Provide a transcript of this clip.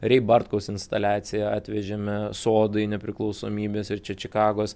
rei bartkaus instaliaciją atvežėme sodai nepriklausomybės ir čia čikagos